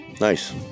Nice